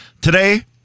Today